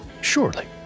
Surely